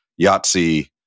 Yahtzee